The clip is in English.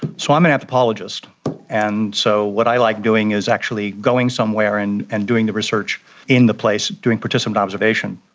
so i'm an anthropologist and so what i liked doing is actually going somewhere and and doing the research in the place, doing participant observation.